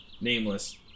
nameless